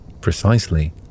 precisely